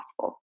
possible